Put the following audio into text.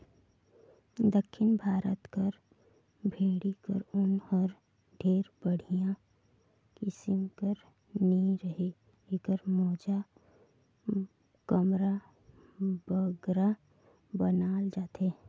दक्खिन भारत कर भेंड़ी कर ऊन हर ढेर बड़िहा किसिम कर नी रहें एकर मोजा, कमरा बगरा बनाल जाथे